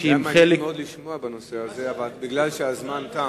לשמוע בנושא הזה, אבל הזמן תם.